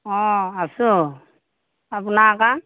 অ আছোঁ আপোনাৰ একা